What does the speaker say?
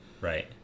Right